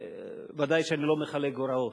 ודאי שאני לא מחלק הוראות,